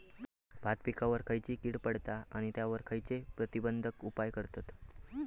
भात पिकांवर खैयची कीड पडता आणि त्यावर खैयचे प्रतिबंधक उपाय करतत?